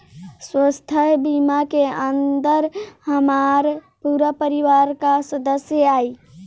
स्वास्थ्य बीमा के अंदर हमार पूरा परिवार का सदस्य आई?